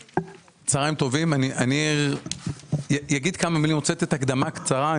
אני רוצה לתת הקדמה קצרה.